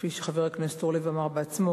כפי שחבר הכנסת אורלב אמר בעצמו,